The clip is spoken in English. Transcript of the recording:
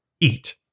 eat